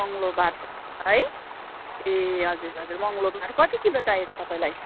मङ्गलबार है ए हजुर हजुर मङ्गलबार कति किलो चाहिएको तपाईँलाई